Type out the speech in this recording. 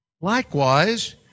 Likewise